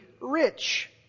rich